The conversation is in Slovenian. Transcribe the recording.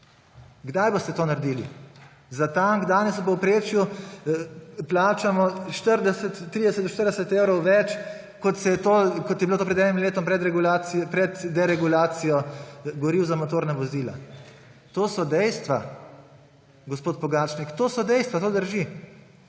Kdaj boste to naredili? Za tank danes v povprečju plačamo 30 do 40 evrov več, kot je bilo to pred enim letom, pred deregulacijo goriv za motorna vozila. To so dejstva, gospod Pogačnik, to so dejstva, to drži.